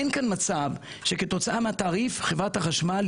אין כאן מצב שכתוצאה מהתעריף חברת החשמל,